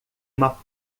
uma